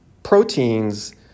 proteins